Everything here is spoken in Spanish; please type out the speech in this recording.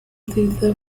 utilizar